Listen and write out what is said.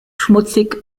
schmutzig